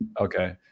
Okay